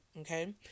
Okay